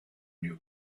new